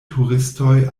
turistoj